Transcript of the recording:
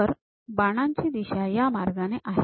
तर बाणांची दिशा या मार्गाने आहे